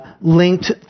linked